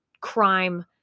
crime